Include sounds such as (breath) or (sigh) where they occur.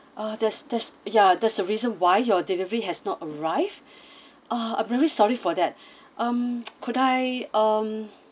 uh there's there's yeah there's a reason why your delivery has not arrived (breath) ah I'm really sorry for that (breath) um (noise) could I um